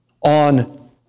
on